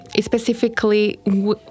specifically